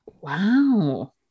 wow